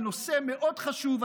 על נושא מאוד חשוב.